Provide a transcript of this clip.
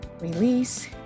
release